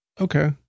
okay